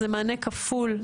זה מענה כפול,